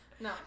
No